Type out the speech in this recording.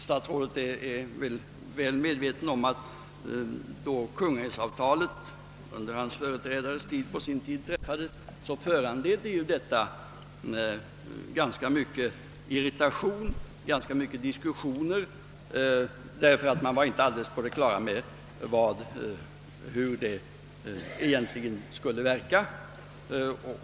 Statsrådet känner säkert till att Kungälvsavtalet, som träffades under hans företrädares tid, föranledde stor irritation och många diskussioner därför att man inte var helt på det klara med hur det egentligen skulle verka.